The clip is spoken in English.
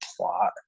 plot